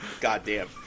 Goddamn